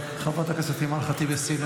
חברת הכנסת אימאן ח'טיב יאסין,